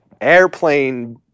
airplane